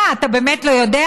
מה, אתה באמת לא יודע?